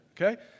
okay